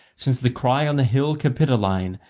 since the cry on the hill capitoline,